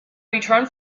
returned